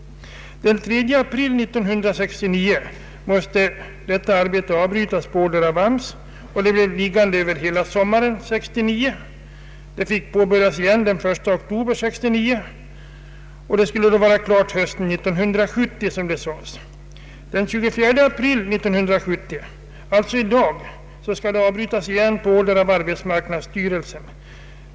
Den 3 april 1969 måste arbetet avbrytas på order av arbetsmarknadsstyrelsen. Arbetet låg nere över hela sommaren 1969. Det fick påbörjas igen den 1 oktober 1969 och skulle, som det sades, vara klart hösten 1970. Den 24 april 1970, alltså i dag, skall arbetet avbrytas igen på order av arbetsmarknadsstyrelsen.